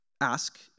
ask